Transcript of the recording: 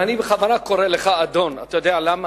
אני בכוונה קורא לך אדון, אתה יודע למה?